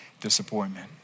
disappointment